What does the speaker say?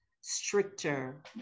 stricter